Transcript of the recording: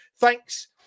thanks